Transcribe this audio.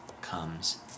comes